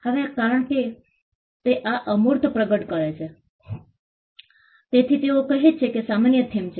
હવે કારણ કે તે આ અમૂર્ત પર પ્રગટ કરે છે તેથી તેઓ કહે છે કે સામાન્ય થીમ છે